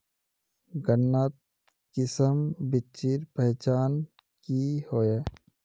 गन्नात किसम बिच्चिर पहचान की होय?